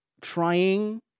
trying